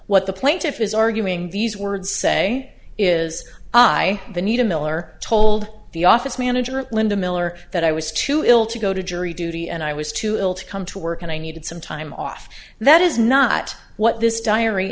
what the plaintiff is arguing these words say is i need a miller told the office manager linda miller that i was too ill i go to jury duty and i was too ill to come to work and i needed some time off that is not what this diary